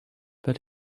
but